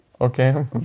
Okay